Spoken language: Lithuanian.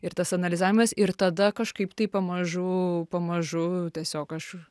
ir tas analizavimas ir tada kažkaip taip pamažu pamažu tiesiog aš